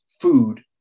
food